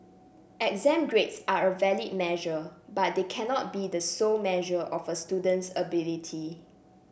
exam grades are a valid measure but they cannot be the sole measure of a student's ability